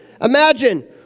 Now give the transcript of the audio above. Imagine